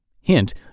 hint